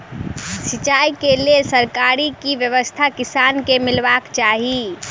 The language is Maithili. सिंचाई केँ लेल सरकारी की व्यवस्था किसान केँ मीलबाक चाहि?